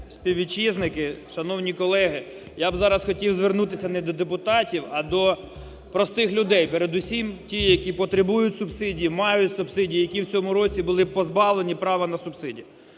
співвітчизники, шановні колеги! Я б зараз хотів звернутися не до депутатів, а до простих людей, передусім тих, які потребують субсидії, мають субсидії, які в цьому році були позбавлені права на субсидії.